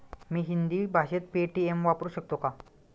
मी हिंदी भाषेत पेटीएम वापरू शकतो का?